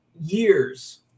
years